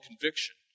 conviction